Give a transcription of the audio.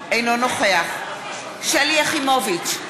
אינו נוכח שלי יחימוביץ,